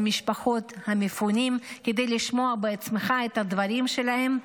משפחות המפונים כדי לשמוע בעצמך את הדברים שלהן?